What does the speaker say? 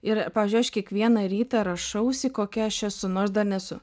ir pavyzdžiui aš kiekvieną rytą rašausi kokia aš esu nors dar nesu